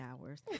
hours